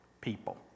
people